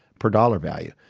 per dollar value,